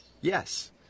Yes